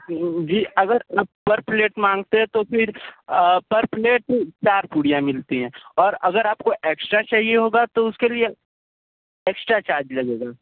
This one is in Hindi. जी अगर आप पर प्लेट मांगते है तो फिर पर प्लेट चार पूरियाँ मिलती हैं और अगर आप को एक्स्ट्रा चाहिए होगा तो उसके लिए एक्स्ट्रा चार्ज लगेगा